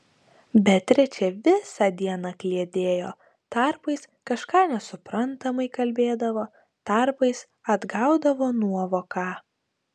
beatričė visą dieną kliedėjo tarpais kažką nesuprantamai kalbėdavo tarpais atgaudavo nuovoką